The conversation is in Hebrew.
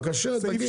בבקשה תגיד.